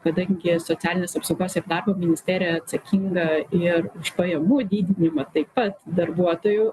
kadangi socialinės apsaugos ir darbo ministerija atsakinga ir už pajamų didinimą taip pat darbuotojų